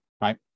right